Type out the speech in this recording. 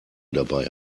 dabei